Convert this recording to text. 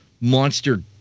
monster